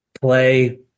play